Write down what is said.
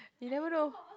you'll never know